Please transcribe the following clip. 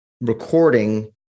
recording